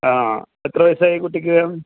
ആ എത്ര വയസ്സ് ആയി കുട്ടിക്ക്